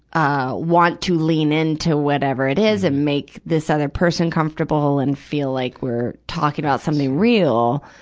ah, want to lean into whatever it is and make this other person comfortable and feel like we're talking about something real.